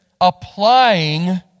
applying